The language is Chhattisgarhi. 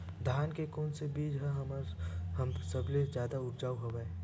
धान के कोन से बीज ह सबले जादा ऊपजाऊ हवय?